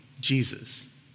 Jesus